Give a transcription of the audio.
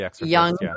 young